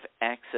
access